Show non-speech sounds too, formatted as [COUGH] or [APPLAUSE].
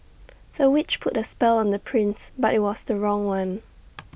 the witch put A spell on the prince but IT was the wrong one [NOISE]